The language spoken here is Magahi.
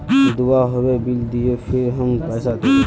दूबा होबे बिल दियो फिर हम पैसा देबे?